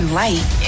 light